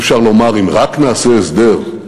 אי-אפשר לומר: אם רק נעשה הסדר,